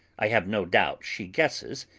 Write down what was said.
i have no doubt she guesses,